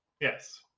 Yes